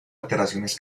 alteraciones